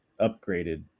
upgraded